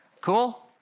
Cool